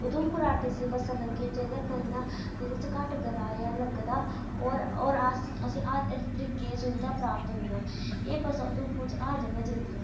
Udhampur R T C बस्सां लग्गी दियां जेह्दे कन्नै जेह्दे च घट्ट कराया लगदा होर अस असें ई हर इक तरीके दियां सुविधा प्राप्त होंदियां एह् बस्सां उधमपुर च हर जगहां जंदियां